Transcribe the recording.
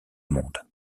monde